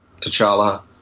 T'Challa